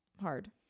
hard